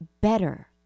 better